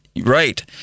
Right